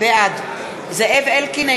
בעד זאב אלקין,